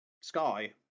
Sky